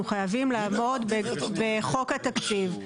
אנחנו חייבים לעמוד בחוק התקציב.